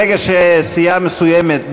ברגע שסיעה מסוימת,